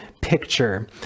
picture